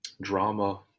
drama